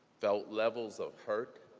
felt level of hurt,